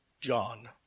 John